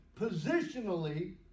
positionally